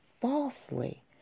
falsely